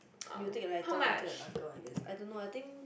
you take the lighter one I take the darker one yes I don't know lah I think